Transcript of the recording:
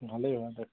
ভালেই ভালেই